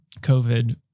COVID